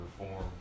reform